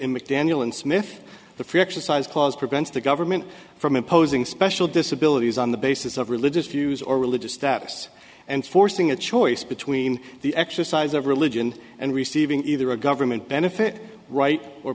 in mcdaniel and smith the free exercise clause prevents the government from imposing special disability on the basis of religious views or religious status and forcing a choice between the exercise of religion and receiving either a government benefit right or